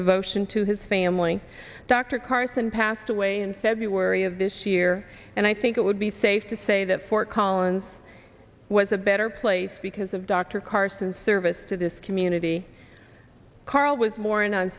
devotion to his family dr carson passed away in february of this year and i think it would be safe to say that fort collins was a better place because of dr carson service to this community carl was more in on